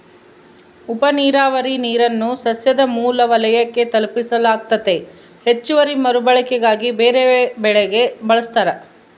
ಉಪನೀರಾವರಿ ನೀರನ್ನು ಸಸ್ಯದ ಮೂಲ ವಲಯಕ್ಕೆ ತಲುಪಿಸಲಾಗ್ತತೆ ಹೆಚ್ಚುವರಿ ಮರುಬಳಕೆಗಾಗಿ ಬೇರೆಬೆಳೆಗೆ ಬಳಸ್ತಾರ